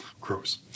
gross